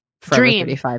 Dream